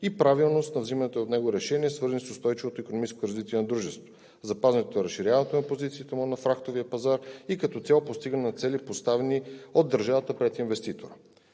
и правилност на взиманите от него решения, свързани с устойчивото икономическо развитие на дружеството – запазване на разширяването на позициите му на фрахтовия пазар и като цяло постигане на цели, поставени от държавата пред инвеститора.